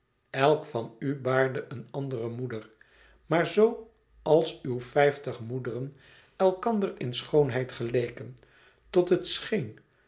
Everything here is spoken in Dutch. elk van u baarde een andere moeder maar zoo als uw vijftig moederen elkander in schoonheid geleken tot het scheen